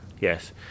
Yes